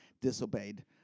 disobeyed